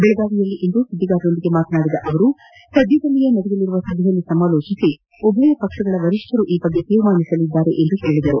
ಬೆಳಗಾವಿಯಲ್ಲಿಂದು ಸುದ್ದಿಗಾರರೊಂದಿಗೆ ಮಾತನಾಡಿದ ಅವರು ಸದ್ದದಲ್ಲಿಯೇ ನಡೆಯಲಿರುವ ಸಭೆಯಲ್ಲಿ ಸಮಾಲೋಟಿಸಿ ಉಭಯ ಪಕ್ಷಗಳ ವರಿಷ್ಠರು ಈ ಬಗ್ಗೆ ತೀರ್ಮಾನಿಸಲಿದ್ದಾರೆ ಎಂದು ಅವರು ಹೇಳಿದರು